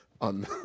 on